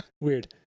weird